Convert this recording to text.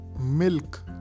milk